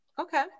Okay